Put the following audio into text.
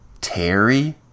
Terry